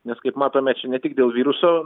nes kaip matome čia ne tik dėl viruso